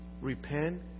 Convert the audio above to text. repent